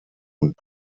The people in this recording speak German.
und